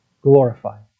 glorified